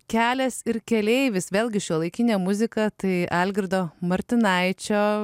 kelias ir keleivis vėlgi šiuolaikinė muzika tai algirdo martinaičio